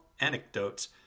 anecdotes